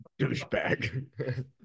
Douchebag